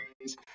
raise